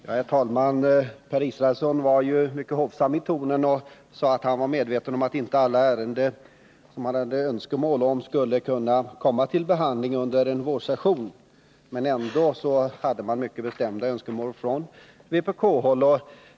Herr talman! Per Israelsson var mycket hovsam i tonen och sade att han var medveten om att inte alla ärenden kunde behandlas under en vårsession. Ändå hade man bestämda önskemål från vpk-håll.